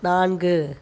நான்கு